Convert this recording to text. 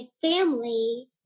family